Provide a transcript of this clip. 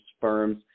firms